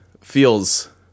feels